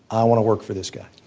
i want to work for this guy?